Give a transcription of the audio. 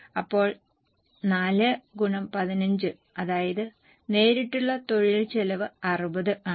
അപ്പോൾ 4 x 15 അതായത് നേരിട്ടുള്ള തൊഴിൽ ചെലവ് 60 ആണ്